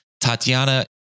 Tatiana